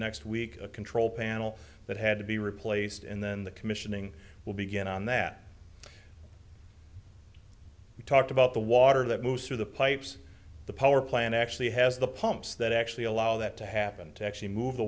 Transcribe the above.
next week a control panel that had to be replaced and then the commissioning will begin on that you talked about the water that moves through the pipes the power plant actually has the pumps that actually allow that to happen to actually move t